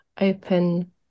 open